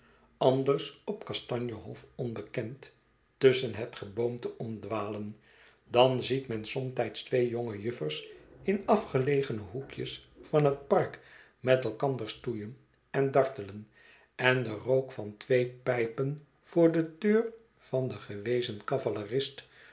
anders op kastanje hof onbekend tusschen het geboomte omdwalen dan ziet men somtijds twee jonge juffertjes in afgelegene hoekjes van het park met elkander stoeien en dartelen en den rook van twee pijpen voor de deur van den gewezen